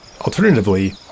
Alternatively